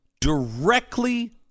directly